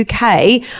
UK